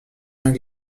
mains